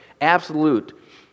Absolute